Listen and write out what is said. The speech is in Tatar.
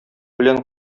белән